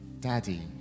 Daddy